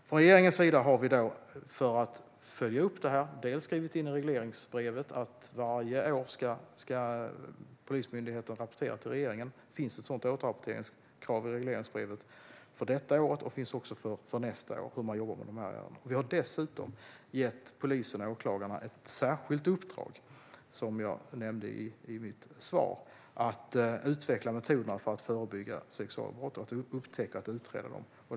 Från regeringens sida har vi, för att följa upp detta, skrivit in i regleringsbrevet att Polismyndigheten varje år ska rapportera till regeringen. Det finns ett sådant återrapporteringskrav i regleringsbrevet för detta år. Det finns också för nästa år. Hur jobbar man med dessa ärenden? Vi har dessutom gett polisen och åklagarna ett särskilt uppdrag, som jag nämnde i mitt svar, att utveckla metoderna för att förebygga, upptäcka och utreda sexualbrott.